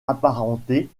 apparentée